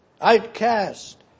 outcast